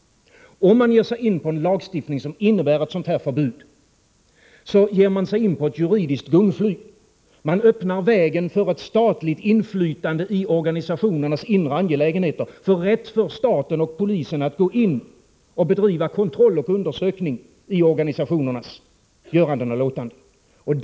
Om man ger sig in på en lagstiftning som innebär ett sådant här förbud, kommer man ut på ett juridiskt gungfly. Man öppnar vägen för ett statligt inflytande i organisationernas inre angelägenheter, för rätt för staten och polisen att gå in och bedriva kontroll och undersökning i organisationernas göranden och låtanden.